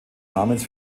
namens